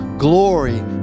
glory